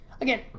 again